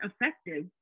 effective